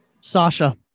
Sasha